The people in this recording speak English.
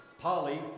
Polly